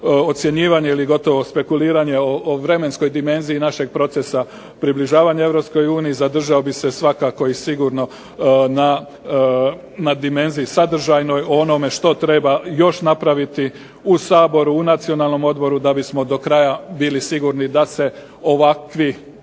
ocjenjivanje ili gotovo spekuliranje o vremenskoj dimenziji našeg procesa približavanja EU. Zadržao bih se svakako i sigurno na dimenziji sadržajnoj o onome što treba još napraviti u Saboru, u Nacionalnom odboru da bismo do kraja bili sigurni da se ovakvi